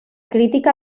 crítica